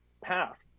path